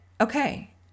okay